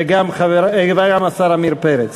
וגם השר עמיר פרץ.